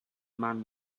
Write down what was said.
man